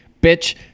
Bitch